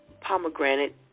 pomegranate